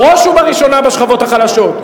בראש ובראשונה בשכבות החלשות.